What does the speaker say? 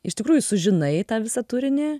iš tikrųjų sužinai tą visą turinį